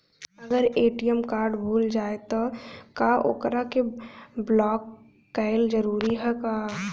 अगर ATM card भूला जाए त का ओकरा के बलौक कैल जरूरी है का?